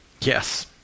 yes